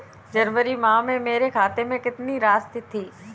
जनवरी माह में मेरे खाते में कितनी राशि थी?